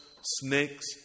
snakes